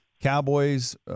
Cowboys